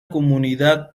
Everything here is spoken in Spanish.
comunidad